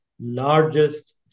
largest